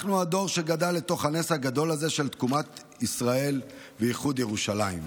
אנחנו הדור שגדל לתוך הנס הגדול הזה של תקומת ישראל ואיחוד ירושלים.